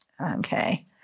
Okay